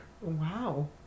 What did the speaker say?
Wow